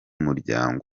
muryango